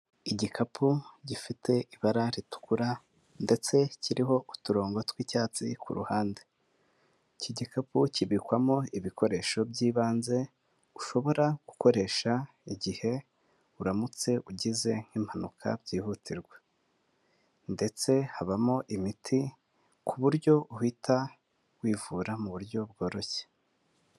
Igikapu gifite ibara ritukura ndetse kiriho uturongo tw'icyatsi ku ruhande, iki gikapu kibikwamo ibikoresho by'ibanze, ushobora gukoresha igihe uramutse ugize nk'impanuka byihutirwa. Ndetse habamo imiti, ku buryo uhita wivura mu buryo bworoshye.